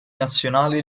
nazionali